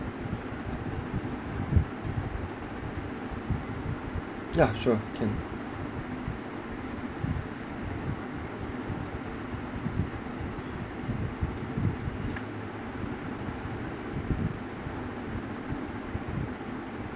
yeah sure can